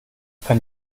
kann